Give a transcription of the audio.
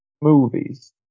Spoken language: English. Movies